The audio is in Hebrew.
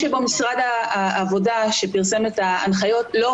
שאלות של האם משלמים עבור שירות שהתקבל או לא אלא לא